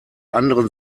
anderen